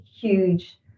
huge